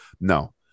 no